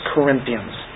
Corinthians